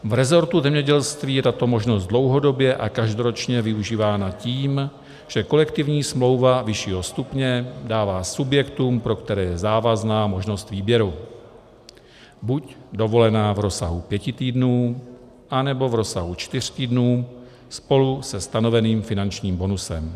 V resortu zemědělství je tato možnost dlouhodobě a každoročně využívána tím, že kolektivní smlouva vyššího stupně dává subjektům, pro které je závazná, možnost výběru buď dovolená v rozsahu pěti týdnů, anebo v rozsahu čtyř týdnů spolu se stanoveným finančním bonusem.